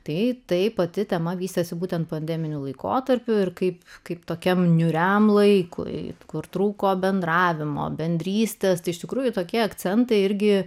taip tai pati tema vystėsi būtent pandeminiu laikotarpiu ir kaip kaip tokiam niūriam laikui kur trūko bendravimo bendrystės tai iš tikrųjų tokie akcentai irgi